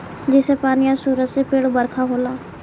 जइसे पानी आ सूरज से पेड़ बरका होला